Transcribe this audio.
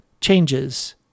changes